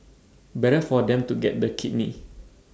better for them to get the kidney